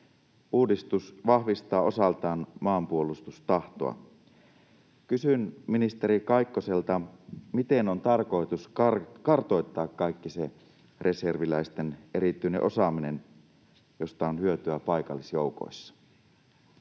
Uudistus vahvistaa osaltaan maanpuolustustahtoa. Kysyn ministeri Kaikkoselta: miten on tarkoitus kartoittaa kaikki se reserviläisten erityinen osaaminen, josta on hyötyä paikallisjoukoissa?